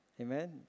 Amen